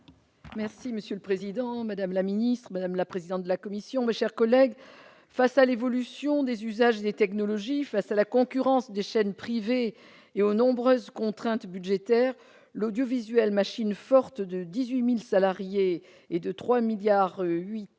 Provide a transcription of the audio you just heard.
Monsieur le président, madame la ministre, madame la présidente de la commission de la culture, mes chers collègues, face à l'évolution des usages et des technologies, face à la concurrence des chaînes privées et aux nombreuses contraintes budgétaires, l'audiovisuel public, machine forte de 18 000 salariés et de 3,8 milliards